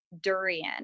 durian